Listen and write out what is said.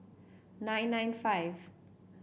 nine nine five